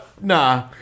nah